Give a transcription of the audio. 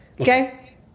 Okay